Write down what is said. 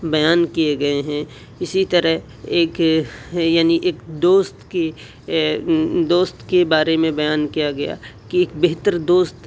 بیان کیے گیے ہیں اسى طرح ايک یعنی ایک دوست كی دوست کے بارے میں بیان کیا گیا کہ ایک بہتر دوست